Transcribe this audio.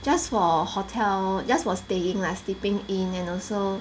just for hotel just for staying lah sleeping in and also